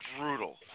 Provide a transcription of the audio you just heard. brutal